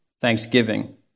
thanksgiving